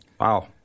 Wow